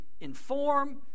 inform